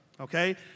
Okay